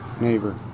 neighbor